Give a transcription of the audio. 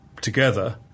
together